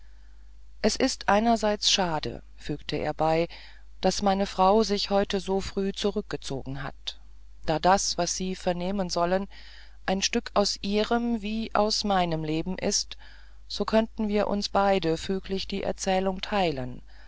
es ist einerseits schade fügte er bei daß meine frau sich heute so früh zurückgezogen hat da das was sie vernehmen sollen ein stück aus ihrem wie aus meinem leben ist so könnten wir uns beide füglich in die erzählung teilen